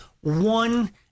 one